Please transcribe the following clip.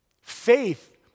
faith